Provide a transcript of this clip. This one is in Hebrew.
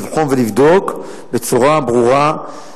לבחון ולבדוק בצורה ברורה,